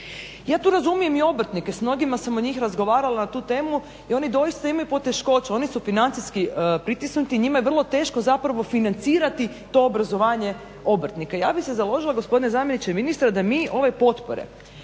Ja tu razumijem i obrtnike, s mnogima od njih sam razgovarala na tu temu i oni doista imaju poteškoća, oni su financijski pritisnuti, njima je vrlo teško zapravo financirati to obrazovanje obrtnika. Ja bih se založila gospodine zamjeniče ministra da mi ove potpore